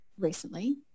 recently